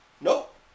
Nope